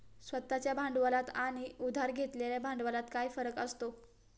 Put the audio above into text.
स्वतः च्या भांडवलात आणि उधार घेतलेल्या भांडवलात काय फरक असतो?